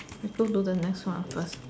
we go to the next one first